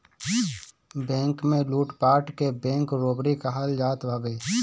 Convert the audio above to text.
bank में लूटपाट के बैंक रोबरी कहल जात हवे